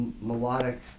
melodic